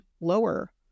lower